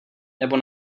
nebo